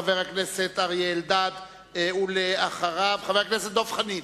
חבר הכנסת אריה אלדד, ואחריו, חבר הכנסת דב חנין.